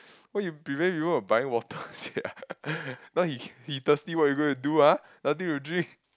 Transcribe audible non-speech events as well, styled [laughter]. why you prevent people from buying water sia [laughs] now he he thirsty what you gonna do ah nothing to drink